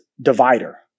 divider